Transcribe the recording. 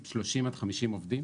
30 עד 50 עובדים